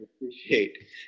appreciate